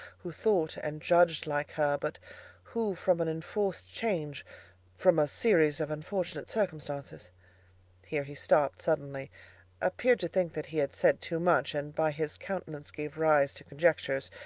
who thought and judged like her, but who from an inforced change from a series of unfortunate circumstances here he stopt suddenly appeared to think that he had said too much, and by his countenance gave rise to conjectures,